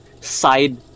side